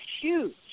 huge